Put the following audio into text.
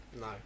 no